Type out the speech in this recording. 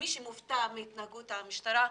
ומי שמופתע מאלימות המשטרה,